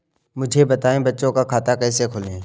मुझे बताएँ बच्चों का खाता कैसे खोलें?